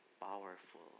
powerful